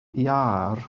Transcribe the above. iâr